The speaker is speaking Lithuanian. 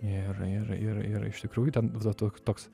ir ir ir ir iš tikrųjų ten toks toks